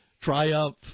triumph